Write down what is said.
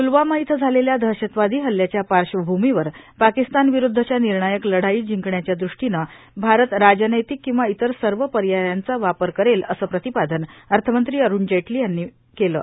प्लवामा इथं झालेल्या दहशतवादी हल्ल्याच्या पार्श्वभूमीवर पाकिस्तान विरूध्दच्या निर्णायक लढाई जिंकण्याच्या दृष्टीनं भारत राजनैतिक किंवा इतर सर्व पर्यायांचा वापर करेल असं प्रतिपादन अर्थमंत्री अरूण जेटली यांनी म्हटलं आहे